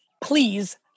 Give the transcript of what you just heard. Please